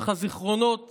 אך הזיכרונות